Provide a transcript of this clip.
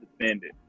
suspended